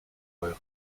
euren